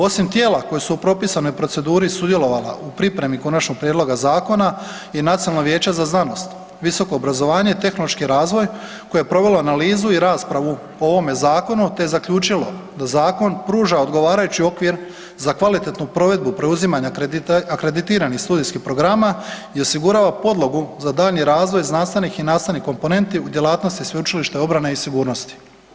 Osim tijela koji su u propisanoj proceduri sudjelovala u pripremi konačnog prijedlog zakona je Nacionalno vijeće za znanost, visoko obrazovanje, tehnološki razvoj koje je provelo analizu i raspravu o ovome zakonu te zaključilo da zakon pruža odgovarajući okvir za kvalitetnu provedbu preuzimanja akreditiranih studijskih programa i osigurava podlogu za daljnji razvoj znanstvenih i nastavnih komponenti u djelatnosti Sveučilišta obrane i sigurnosti.